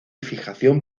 fijación